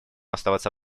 оставаться